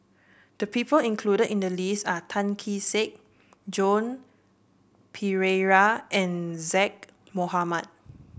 the people included in the list are Tan Kee Sek Joan Pereira and Zaqy Mohamad